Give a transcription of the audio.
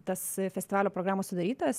tas festivalio programos sudarytojas